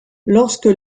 lorsque